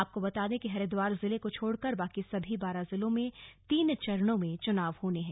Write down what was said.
आपको बता दें कि हरिद्वार जिले को छोड़कर बाकी सभी बारह जिलों में तीन चरणों में चुनाव होने हैं